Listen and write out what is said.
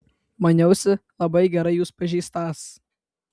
maniausi labai gerai jus pažįstąs